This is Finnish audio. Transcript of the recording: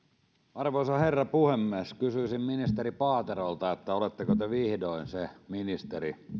arvoisa herra puhemies kysyisin ministeri paaterolta oletteko te vihdoin se ministeri